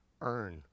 earn